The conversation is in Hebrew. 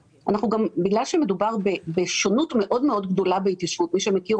בגלל שמדובר בשונות מאוד מאוד גדולה בהתיישבות - מי שמכיר